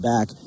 back